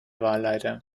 wahlleiter